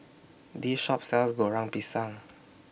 This Shop sells Goreng Pisang